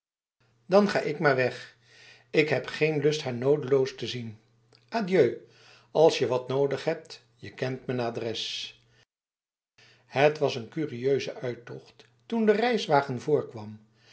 dan ga ik maar weg ik heb geen lust haar nodeloos te zien adieu als je wat nodig hebtje kent mijn adres het was een curieuze uittocht toen de reiswagen voorkwam